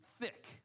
thick